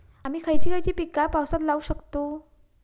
आम्ही खयची खयची पीका पावसात लावक शकतु?